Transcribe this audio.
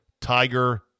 Tiger